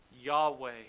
Yahweh